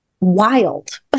wild